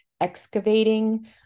excavating